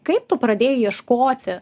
kaip tu pradėjai ieškoti